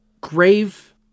grave